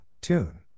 Tune